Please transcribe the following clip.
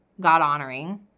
God-honoring